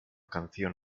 canción